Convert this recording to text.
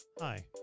Hi